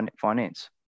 finance